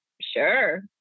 Sure